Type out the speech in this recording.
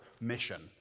mission